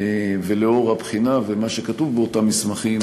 ולאור הבחינה ומה שכתוב באותם מסמכים